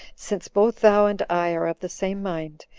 since both thou and i are of the same mind,